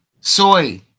soy